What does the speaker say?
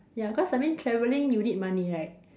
ya cause I mean travelling you need money right